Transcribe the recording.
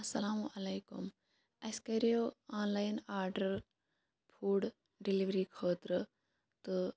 السَلامُ علیکُم اَسہِ کَریٚو online order food delivery خٲطرٕ تہٕ